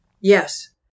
Yes